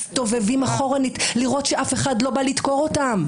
מסתובבים אחורנית לראות שאף אחד לא בא לדקור אותם.